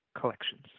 collections